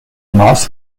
maß